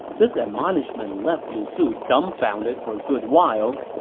this admonishment left lu su dumbfounded for a good while.